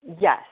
yes